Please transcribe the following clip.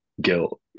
guilt